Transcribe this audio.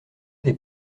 des